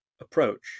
approach